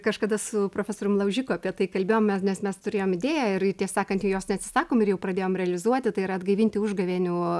kažkada su profesorium laužiku apie tai kalbėjomės nes mes turėjom idėją ir tiesą sakant jos neatsisakom ir jau pradėjom realizuoti tai yra atgaivinti užgavėnių